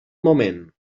moment